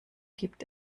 gibt